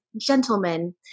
Gentlemen